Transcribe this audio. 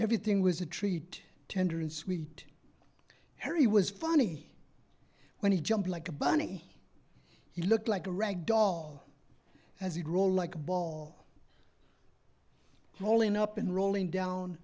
everything was a treat tender and sweet harry was funny when he jumped like a bunny he looked like a rag dog as he'd roll like ball rolling up and rolling down